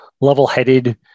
level-headed